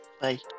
Bye